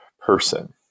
person